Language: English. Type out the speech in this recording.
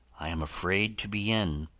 i am afraid to be in.